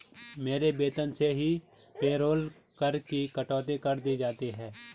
मेरे वेतन से ही पेरोल कर की कटौती कर दी जाती है